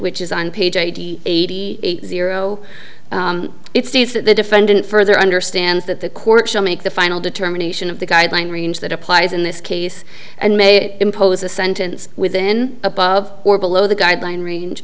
which is on page eighty eight zero it states that the defendant further understands that the court shall make the final determination of the guideline range that applies in this case and may impose a sentence within above or below the guideline range